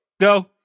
go